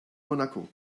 monaco